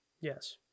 Yes